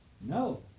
no